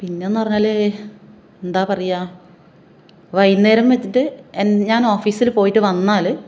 പിന്നെ എന്ന് പറഞ്ഞാൽ എന്താണ് പറയുക വൈകുന്നേരം വെച്ചിട്ട് എൻ ഞാൻ ഓഫീസിൽ പോയിട്ട് വന്നാൽ